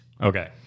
Okay